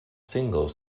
singles